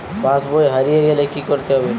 পাশবই হারিয়ে গেলে কি করতে হবে?